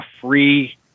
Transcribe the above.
free